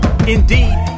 Indeed